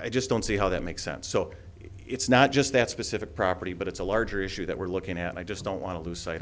i just don't see how that makes sense so it's not just that specific property but it's a larger issue that we're looking at i just don't want to lose sight